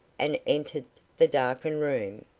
and entered the darkened room,